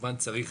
כמובן צריך